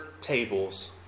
tables